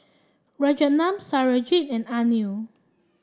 Rajaratnam Satyajit and Anil